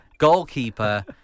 Goalkeeper